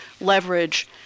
leverage